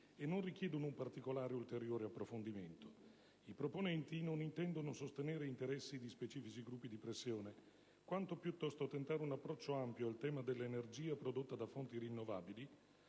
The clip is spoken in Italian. e non richiedono un particolare, ulteriore approfondimento. I proponenti non intendono sostenere interessi di specifici gruppi di pressione, quanto piuttosto tentare un approccio ampio al tema dell'energia prodotta da fonti rinnovabili,